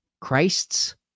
Christ's